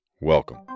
Welcome